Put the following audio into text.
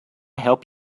help